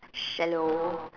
shallow